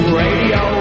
radio